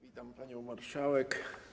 Witam panią marszałek.